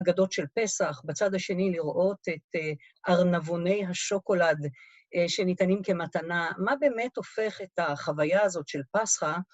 אגדות של פסח, בצד השני לראות את ארנבוני השוקולד שניתנים כמתנה, מה באמת הופך את החוויה הזאת של פסחא